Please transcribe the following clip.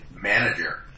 manager